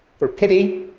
for pity,